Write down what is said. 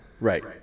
Right